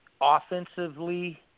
offensively